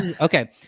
Okay